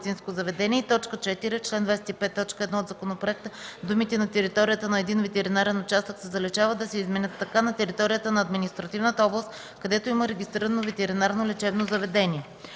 думите „на територията на един ветеринарен участък се заличават” да се изменят така: „на територията на административната област, където има регистрирано ветеринарно лечебно заведение”.”